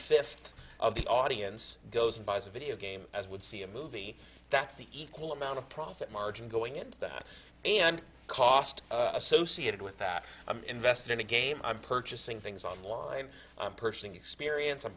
fifth of the audience goes and buys a video game as would see a movie that's the equal amount of profit margin going into that and cost associated with that invested in the game purchasing things online personal experience of